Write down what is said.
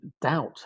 doubt